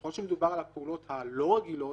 ככל שמדובר על הפעולות הלא רגילות,